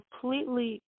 completely